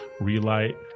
relight